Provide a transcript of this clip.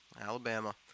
alabama